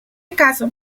caso